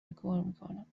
میکنم